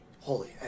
holy